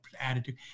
attitude